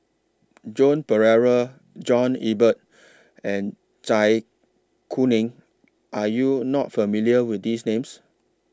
Joan Pereira John Eber and Zai Kuning Are YOU not familiar with These Names